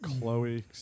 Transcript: Chloe